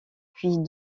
puis